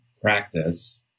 practice